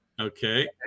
Okay